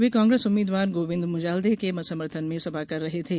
वे कांग्रेस उम्मीदवार गोविन्द मुजाल्दे के समर्थन में सभा कर रहे थे